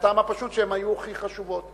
מהטעם הפשוט שהן היו הכי חשובות.